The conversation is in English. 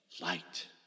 light